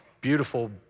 beautiful